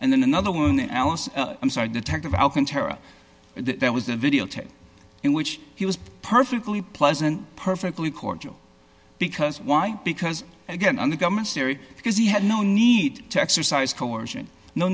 and then another woman alice i'm sorry detective out in terre there was a videotape in which he was perfectly pleasant perfectly cordial because why because again on the government's theory because he had no need to exercise coercion no